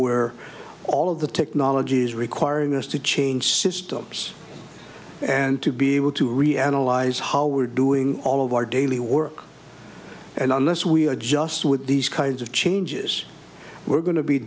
where all of the technology is requiring us to change systems and to be able to reanalyze how we're doing all of our daily work and unless we adjust with these kinds of changes we're go